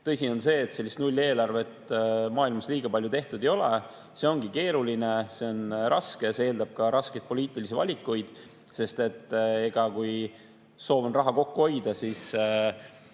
Tõsi on see, et sellist nulleelarvet maailmas liiga palju tehtud ei ole, see ongi keeruline, see on raske ja see eeldab ka raskeid poliitilisi valikuid, sest kui soov on raha kokku hoida, siis